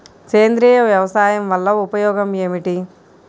సేంద్రీయ వ్యవసాయం వల్ల ఉపయోగం ఏమిటి?